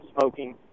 smoking